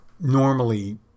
normally